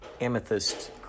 amethyst